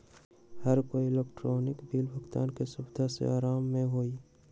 हर कोई electronic bill भुगतान के सुविधा से आराम में हई